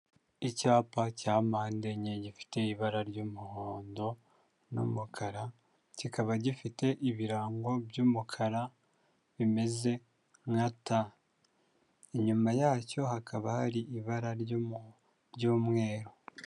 Icyapa cya mpandenye gifite ibara ry'umuhondo n'umukara, kikaba gifite ibirango by'umukara bimeze nka ta, inyuma yacyo hakaba hari ibara ry'umweru.